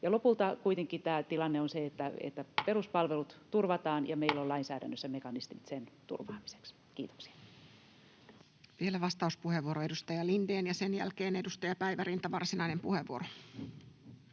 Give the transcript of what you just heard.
Lopulta kuitenkin tilanne on se, että peruspalvelut turvataan ja meillä on lainsäädännössä mekanismit niiden turvaamiseksi. — Kiitoksia. Vielä vastauspuheenvuoro, edustaja Lindén, ja sen jälkeen edustaja Päivärinta, varsinainen puheenvuoro.